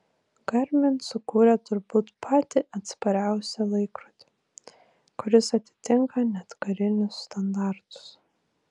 garmin sukūrė turbūt patį atspariausią laikrodį kuris atitinka net karinius standartus